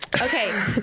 Okay